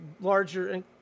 larger